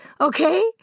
okay